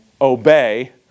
Obey